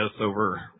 over